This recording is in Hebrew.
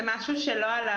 זה משהו שלא עלה,